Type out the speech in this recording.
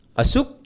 asuk